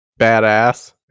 badass